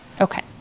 Okay